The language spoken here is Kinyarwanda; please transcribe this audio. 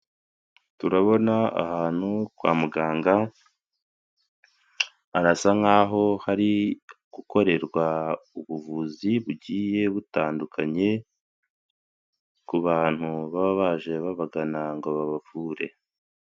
Ku ivuriro hasa nkaho hari gukorerwa ubuvuzi bugiye butandukanye ku bantu baba baje babagana ngo babavure.